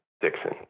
Dixon